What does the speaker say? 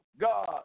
God